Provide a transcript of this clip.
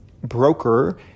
broker